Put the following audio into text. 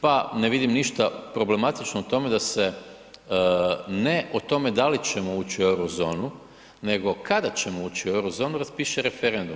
Pa ne vidim ništa problematično u tome da se ne o tome da li ćemo ući u Eurozonu, nego kada ćemo ući u Eurozonu raspiše referendum.